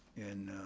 and